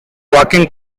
walking